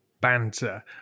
banter